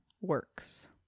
works